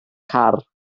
car